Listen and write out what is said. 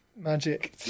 magic